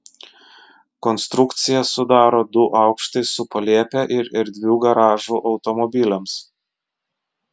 konstrukciją sudaro du aukštai su palėpe ir erdviu garažu automobiliams